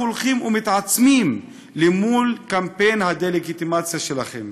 הולכים ומתעצמים למול קמפיין הדה-לגיטימציה שלכם: